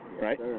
right